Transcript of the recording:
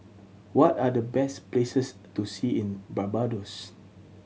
what are the best places to see in Barbados